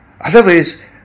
otherwise